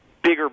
bigger